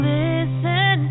listen